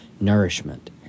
nourishment